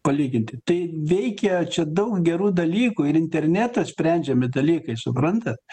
palyginti tai veikia čia daug gerų dalykų ir internetu sprendžiami dalykai suprantat